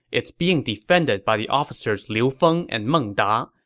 it's being defended by the officers liu feng and meng da.